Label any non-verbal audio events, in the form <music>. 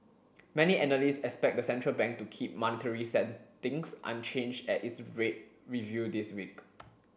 many analysts expect the central bank to keep monetary <unintelligible> unchanged at its <unintelligible> rate review this week